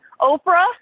Oprah